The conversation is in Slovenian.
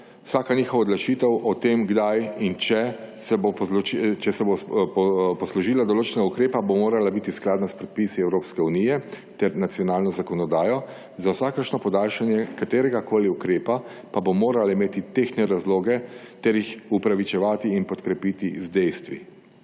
Vsaka njihova odločitev o tem, kdaj in če se bo poslužila določenega ukrepa, bo morala biti skladna s predpisi Evropske unije ter nacionalno zakonodajo, za vsakršno podaljšanje kateregakoli ukrepa pa bo morala imeti tehtne razloge ter jih upravičevati in podkrepiti z dejstvi.